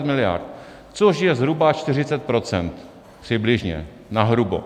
420 miliard!, což je zhruba 40 % přibližně, nahrubo.